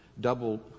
double